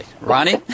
Ronnie